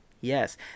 Yes